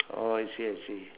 oh I see I see